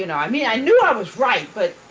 you know i mean, i knew i was right, but,